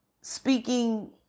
Speaking